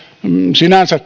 sinänsä